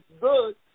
good